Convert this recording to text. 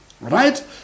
Right